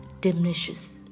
diminishes